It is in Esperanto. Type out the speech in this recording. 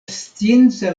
scienca